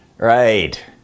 Right